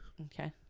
okay